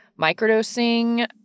microdosing